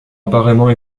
apparemment